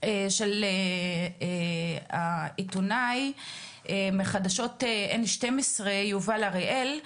של העיתונאי מחדשות N12 יובל אריאל,